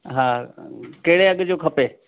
हा कहिड़े अघि जो खपे